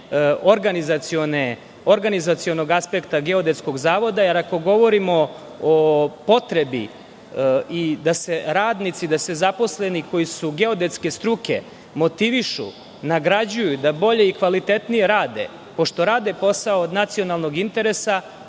deo same organizacionog aspekta Geodetskog zavoda, jer ako govorimo o potrebi da se radnici, da se zaposleni koji su geodetske struke motivišu, nagrađuju i da bolje i kvalitetnije rade, pošto rade posao od nacionalnog interesa,